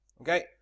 Okay